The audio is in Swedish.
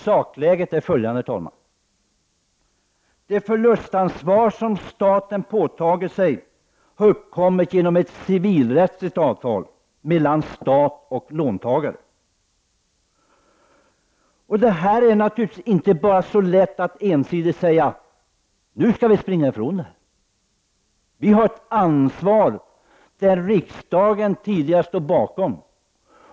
Sakläget är att det förlustansvar som staten påtagit sig har tillkommit genom ett civilrättsligt avtal mellan stat och låntagare. Det är naturligtvis inte så lätt att ensidigt säga att man nu skall springa ifrån detta ansvar. Vi har ett ansvar som riksdagen sedan tidigare står bakom.